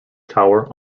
tower